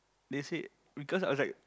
they said because I was like